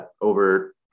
over